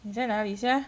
你在哪里 sia